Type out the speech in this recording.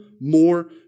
more